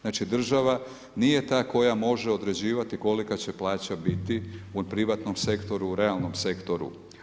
Znači, država nije ta koja može određivati kolika će plaća biti u privatnom sektoru, u realnom sektoru.